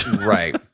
Right